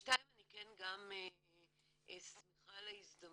דבר שני, אני גם שמחה על ההזדמנות